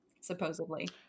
supposedly